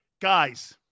Guys